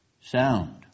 sound